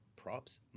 Props